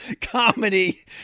comedy